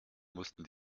mussten